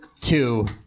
two